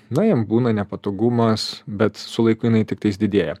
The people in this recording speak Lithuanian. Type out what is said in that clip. na jiem būna nepatogumas bet su laiku jinai tiktais didėja